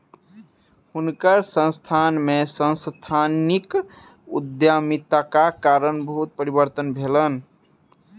हुनकर संस्थान में सांस्थानिक उद्यमिताक कारणेँ बहुत परिवर्तन भेलैन